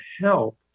help